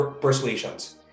persuasions